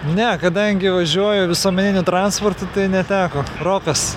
ne kadangi važiuoju visuomeniniu transportu tai neteko ropės